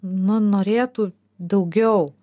nu norėtų daugiau